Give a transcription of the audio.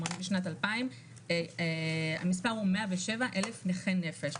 משנת 2000 המספר הוא 107,000 נכי נפש,